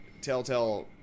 Telltale